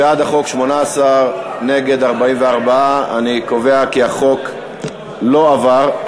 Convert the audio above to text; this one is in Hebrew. בעד החוק, 18, נגד 44. אני קובע כי החוק לא עבר.